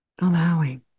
allowing